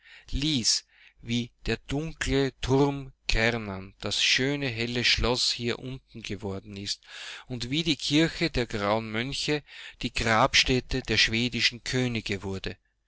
daswirhierunterunssehen lies wiederdunkle turm kärnan das schöne helle schloß hier unten geworden ist und wie die kirche der grauen mönche die grabstätte der schwedischen könige wurde